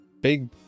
big